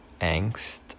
angst